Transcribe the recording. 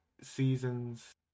season's